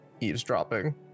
eavesdropping